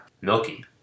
milky